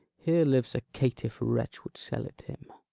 here lives a caitiff wretch would sell it him.